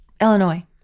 illinois